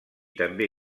també